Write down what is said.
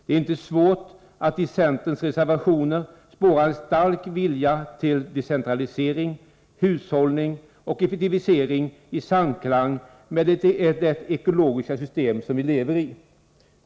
Det är inte svårt att i centerns reservationer spåra en stark vilja till decentralisering, hushållning och effektivisering i samklang med det ekologiska system som vi lever.